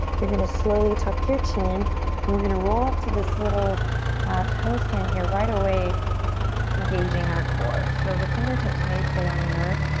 you're gonna slowly tuck your chin and we're going to roll up to this little toe stand here right away engaging our core. so the fingertips may stay on the earth.